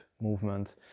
movement